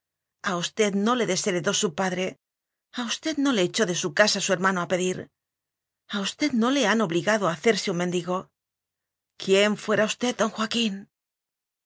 usted no le desheredó su padre a usted no le echó de su casa su hermano a pedir a usted no le han obligado a hacer se un mendigo quién fuera usted d joa quín